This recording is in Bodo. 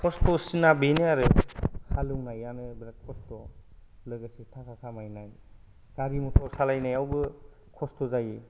खस्थ'सिना बेनो आरो हालेवनायानो बिराद खस्थ' लोगोसे थाखा खामायनाय गारि मटर सालायनायावबो खस्थ' जायो